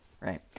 Right